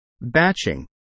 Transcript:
Batching